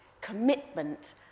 commitment